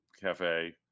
cafe